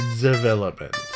Development